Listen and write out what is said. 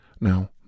Now